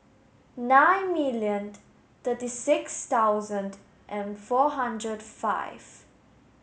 ninety million thirty six thousand and four hundred five